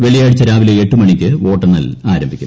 വെള്ളിയാഴ്ച രാവിലെ എട്ട് മണിക്ക് വോട്ടെണ്ണൽ ആരംഭിക്കും